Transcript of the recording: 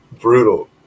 Brutal